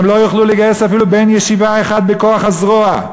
הם לא יוכלו לגייס אפילו בן ישיבה אחד בכוח הזרוע,